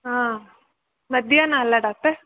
ಹಾಂ ಮಧ್ಯಾಹ್ನ ಅಲ್ಲ ಡಾಕ್ಟರ್